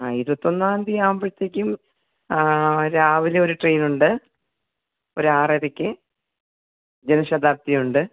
ആ ഇരുപത്തൊന്നാം തീയതി ആവുമ്പോഴ്ത്തേക്കും രാവിലെ ഒരു ട്രെയിനുണ്ട് ഒരു ആറ് അരയ്ക്ക് ജനശതാബ്ദിയുണ്ട്